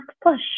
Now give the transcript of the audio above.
push